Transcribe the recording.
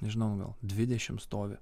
nežinau gal dvidešimt stovi